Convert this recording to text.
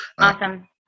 Awesome